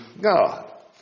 God